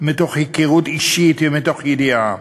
מתוך היכרות אישית ומתוך ידיעה.